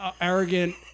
arrogant